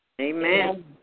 Amen